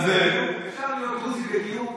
אפשר להיות דרוזי בגיור?